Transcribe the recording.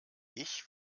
ich